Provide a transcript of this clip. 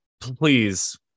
please